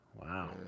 Wow